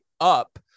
up